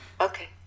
okay